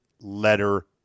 letter